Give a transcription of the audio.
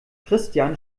christian